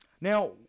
Now